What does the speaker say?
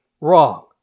wrong